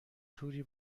توری